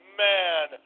man